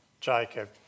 Jacob